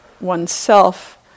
oneself